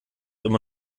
immer